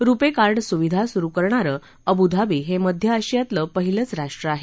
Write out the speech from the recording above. रुपेकार्ड सुविधा सुरु करणारं अबुधावी हे मध्य आशियातलं पहिलंच राष्ट्र आहे